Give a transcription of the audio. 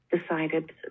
decided